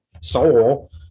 soul